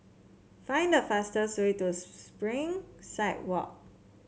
find the fastest way to Spring side Walk